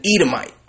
Edomite